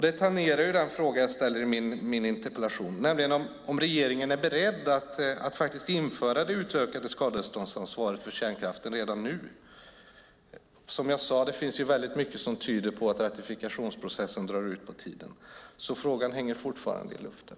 Det tangerar den fråga jag ställer i min interpellation, nämligen om regeringen är beredd att faktiskt införa det utökade skadeståndsansvaret för kärnkraften redan nu. Som jag sade finns det väldigt mycket som tyder på att ratificeringsprocessen drar ut på tiden. Frågan hänger fortfarande i luften.